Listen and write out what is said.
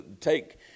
take